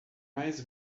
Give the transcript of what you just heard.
mais